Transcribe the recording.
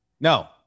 No